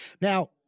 Now